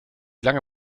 lange